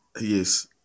Yes